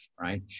right